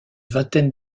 vingtaine